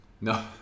No